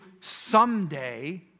someday